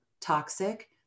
toxic